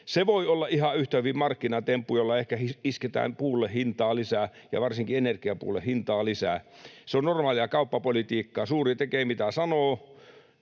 voi olla ihan hyvin markkinatemppu, jolla ehkä isketään puulle hintaa lisää ja varsinkin energiapuulle hintaa lisää. Se on normaalia kauppapolitiikkaa. Suuri tekee, mitä haluaa,